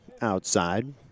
outside